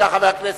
חבר הכנסת,